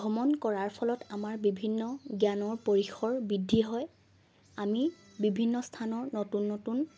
ভ্ৰমণ কৰাৰ ফলত আমাৰ বিভিন্ন জ্ঞানৰ পৰিসৰ বৃদ্ধি হয় আমি বিভিন্ন স্থানৰ নতুন নতুন